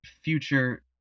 future